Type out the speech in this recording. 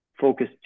focus